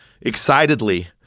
excitedly